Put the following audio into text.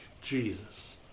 Jesus